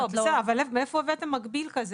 לא, בסדר, אבל מאיפה הבאתם מקביל כזה?